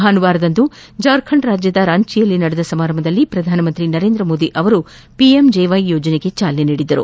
ಭಾನುವಾರದಂದು ಜಾರ್ಖಂಡ್ನ ರಾಂಚಿಯಲ್ಲಿ ನಡೆದ ಸಮಾರಂಭದಲ್ಲಿ ಪ್ರಧಾನಮಂತ್ರಿ ನರೇಂದ್ರ ಮೋದಿ ಅವರು ಪಿಎಂಜೆವೈ ಯೋಜನೆಗೆ ಚಾಲನೆ ನೀಡಿದ್ದರು